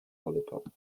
lollipop